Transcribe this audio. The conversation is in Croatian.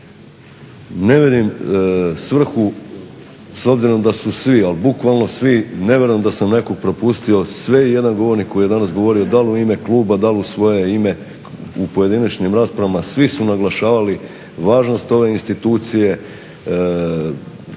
Ne vidim svrhu s obzirom da su svi, ali bukvalno svi, ne vjerujem da sam nekog propustio, sve i jedan govornik koji je danas govorio dal u ime kluba, dal u svoje ime u pojedinačnim raspravama svi su naglašavali važnost ove institucije,